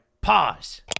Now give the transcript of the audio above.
Pause